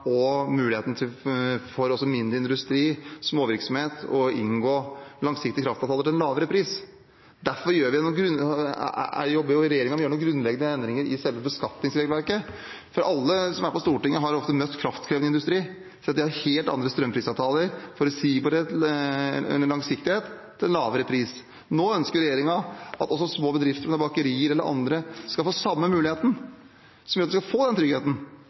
for mindre industri og småvirksomheter til å inngå langsiktige kraftavtaler til en lavere pris. Derfor jobber regjeringen med å gjøre noen grunnleggende endringer i selve beskatningsregelverket – for alle som er på Stortinget har møtt kraftkrevende industri og sett at de har helt andre strømprisavtaler, forutsigbarhet og langsiktighet, til en lavere pris. Nå ønsker regjeringen at også små bedrifter, bakerier eller andre, skal få den samme muligheten, som gjør at de kan få den tryggheten.